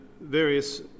various